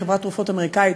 חברת תרופות אמריקנית,